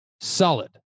solid